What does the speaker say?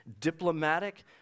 diplomatic